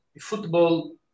football